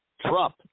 Trump